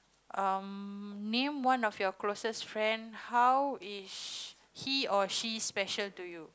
um name one of your closest friend how is he or she special to you